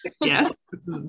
yes